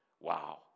Wow